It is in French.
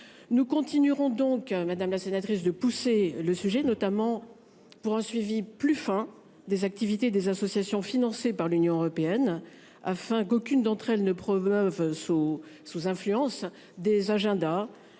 Nous continuerons donc madame la sénatrice de pousser le sujet notamment pour un suivi plus fin des activités des associations financées par l'Union européenne afin qu'aucune d'entre elles ne promeuvent sous sous influence des agendas. À rebours